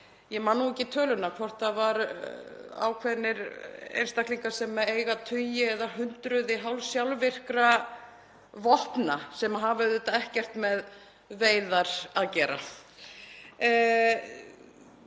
ég man ekki töluna, hvort það voru ákveðnir einstaklingar sem eiga tugi eða hundruð hálfsjálfvirkra vopna sem hafa ekkert með veiðar að gera.